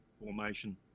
Formation